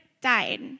died